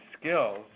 skills